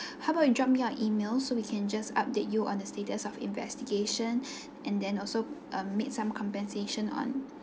how about you drop me your email so we can just update you on the status of investigations and then also um make some compensation on